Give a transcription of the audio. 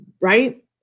right